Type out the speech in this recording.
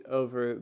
over